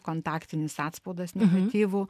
kontaktinis atspaudas negatyvu